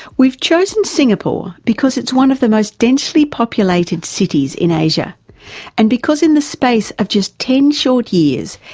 we've chosen singapore because it's one of the most densely populated cities in asia and because in the space of just ten short years,